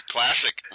Classic